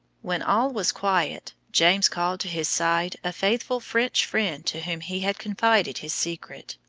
when all was quiet james called to his side a faithful french friend to whom he had confided his secret.